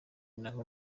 naho